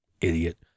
Idiot